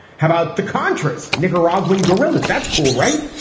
how about the contras nicaraguan guerillas? that's cool, right?